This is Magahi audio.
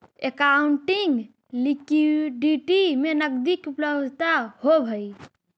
एकाउंटिंग लिक्विडिटी में नकदी के उपलब्धता होवऽ हई